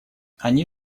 они